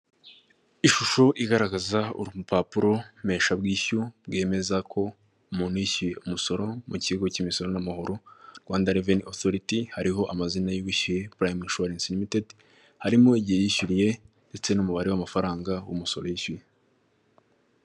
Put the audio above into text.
Ishusho igaragaza urupapuro mpeshabwishyu bwemeza ko mu yishyuye umusoro mu kigo cy'imisoro n'amahoro rwanda reveni otoriti hariho amazina y'uwishyuye purayimu inshuwarensi limited, harimo igihe yishyuriye ndetse n'umubare w'amafaranga w'umusoro yishyuye.